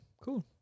cool